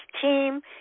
team